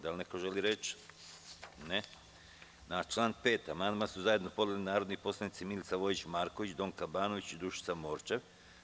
Da li neko želi reč? (Ne) Na član 5. amandman su zajedno podnele narodni poslanici Milica Vojić Marković, Donka Banović i Dušica Morčev.